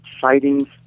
sightings